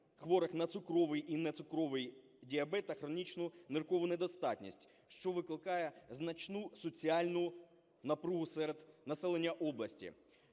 хворих на цукровий і нецукровий діабет та хронічну ниркову недостатність, що викликає значну соціальну напругу серед населення області.